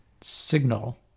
signal